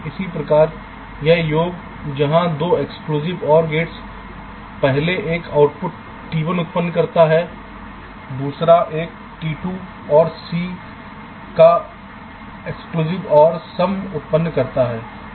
इसी प्रकार यह योग जहां 2 exclusive OR गेट्स पहले एक आउटपुट t उत्पन्न करता है दूसरा एक t और c का XOR सम उत्पन्न करता है